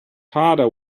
harder